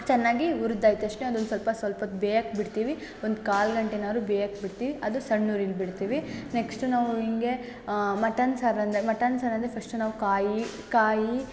ಚೆನ್ನಾಗಿ ಹುರ್ದ್ ಆದ್ ತಕ್ಷಣ ಅದೊಂದು ಸ್ವಲ್ಪ ಸ್ವಲ್ಪೊತ್ ಬೇಯಕ್ಕೆ ಬಿಡ್ತೀವಿ ಒಂದು ಕಾಲು ಗಂಟೆನಾದ್ರು ಬೇಯಕ್ಕೆ ಬಿಡ್ತೀವಿ ಅದು ಸಣ್ಣ ಉರಿಲ್ಲಿ ಬಿಡ್ತೀವಿ ನೆಕ್ಸ್ಟ್ ನಾವು ಹಿಂಗೆ ಮಟನ್ ಸಾರು ಅಂದಾಗ ಮಟನ್ ಸಾರು ಅಂದರೆ ಫಸ್ಟು ನಾವು ಕಾಯಿ ಕಾಯಿ